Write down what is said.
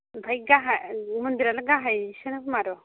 आमफाय गाहाय मन्दिरानो गाहायसो ना मारो